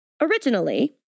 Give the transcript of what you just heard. Originally